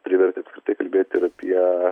privertė apskritai kalbėti ir apie